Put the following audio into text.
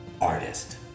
artist